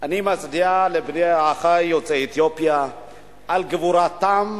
שאני מצדיע לאחי יוצאי אתיופיה על גבורתם,